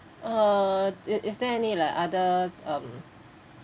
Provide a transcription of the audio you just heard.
uh is is there any like other um